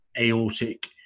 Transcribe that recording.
aortic